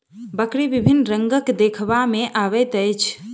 बकरी विभिन्न रंगक देखबा मे अबैत अछि